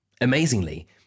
Amazingly